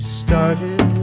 started